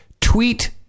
tweet